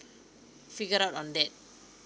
figure out on that